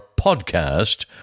podcast